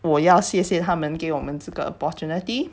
我要谢谢他们给我们这个 opportunity